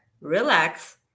relax